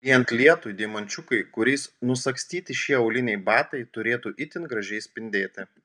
lyjant lietui deimančiukai kuriais nusagstyti šie auliniai batai turėtų itin gražiai spindėti